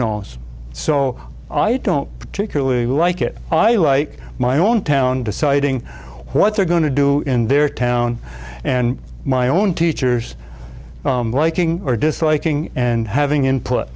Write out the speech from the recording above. knows so i don't particularly like it i like my own town deciding what they're going to do in their town and my own teacher's liking or disliking and having